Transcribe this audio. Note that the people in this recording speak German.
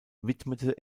widmete